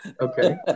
okay